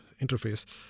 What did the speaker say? interface